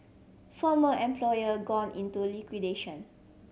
former employer gone into liquidation